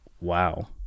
Wow